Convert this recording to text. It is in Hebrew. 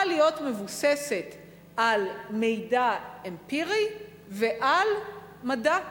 להיות מבוססת על מידע אמפירי ועל מדע.